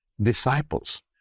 disciples